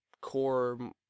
core